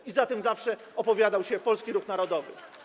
I za tym zawsze opowiadał się polski ruch narodowy.